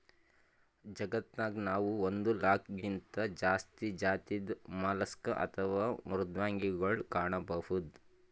ಜಗತ್ತನಾಗ್ ನಾವ್ ಒಂದ್ ಲಾಕ್ಗಿಂತಾ ಜಾಸ್ತಿ ಜಾತಿದ್ ಮಲಸ್ಕ್ ಅಥವಾ ಮೃದ್ವಂಗಿಗೊಳ್ ಕಾಣಬಹುದ್